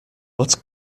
but